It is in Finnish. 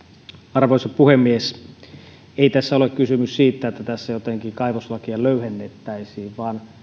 arvoisa puhemies ei tässä ole kysymys siitä että tässä jotenkin kaivoslakia löyhennettäisiin vaan